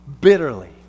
bitterly